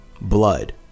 blood